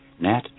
Nat